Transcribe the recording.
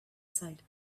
side